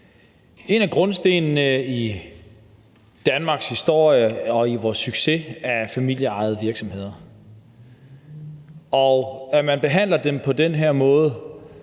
En af grundstenene i Danmarks historie og for vores succes er familieejede virksomheder, og når man behandler dem på den her måde,